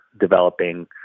developing